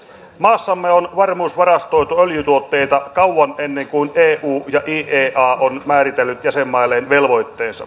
maassamme on varmuusvarastoitu öljytuotteita kauan ennen kuin eu ja iea ovat määritelleet jäsenmailleen velvoitteensa